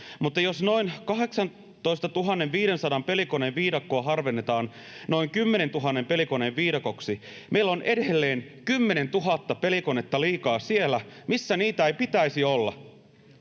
Mutta jos noin 18 500 pelikoneen viidakkoa harvennetaan noin 10 000 pelikoneen viidakoksi, meillä on edelleen 10 000 pelikonetta liikaa siellä, missä niitä ei pitäisi olla.